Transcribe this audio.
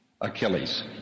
Achilles